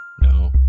no